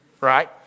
Right